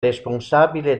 responsabile